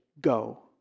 go